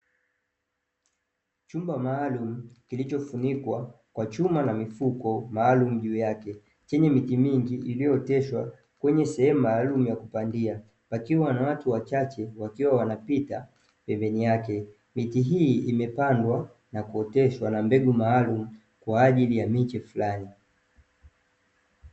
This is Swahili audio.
Chumba maalumu kilichofunikwa kwa chuma na mifuko maalumu juu yake. Chenye miti mingi iliyooteshwa kwenye sehemu maalumu ya kupandia, pakiwa na watu wachache wakiwa wanapita pembeni yake. Miti hii imepandwa na kuoteshwa na mbegu maalumu kwa ajili ya miche fulani.